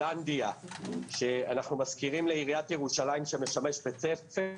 ככל שהם יותר עתיקים הקושי הוא יותר